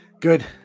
good